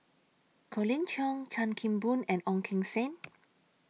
Colin Cheong Chan Kim Boon and Ong Keng Sen